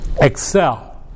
Excel